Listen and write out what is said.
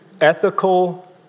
ethical